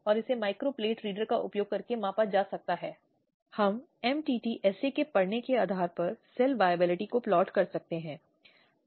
और उस आधार पर प्रयास किए जाते हैं कि जो भी मामला समझौता के आधार पर स्थापित किया गया है